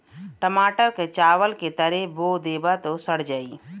टमाटर क चावल के तरे बो देबा त सड़ जाई